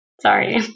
Sorry